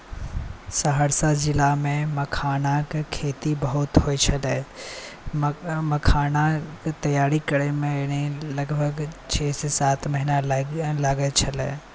सहरसा जिलामे मखानाके खेती बहुत होइत छलै मखानाके तैआरी करैमे लगभग छओ से सात महीना लागैत छलै